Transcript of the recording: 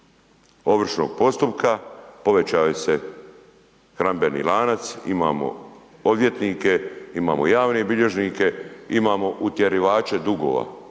ovršnog postupka, povećao se hranidbeni lanac, imamo odvjetnike, imamo javne bilježnike, imamo utjerivače dugova,